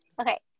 Okay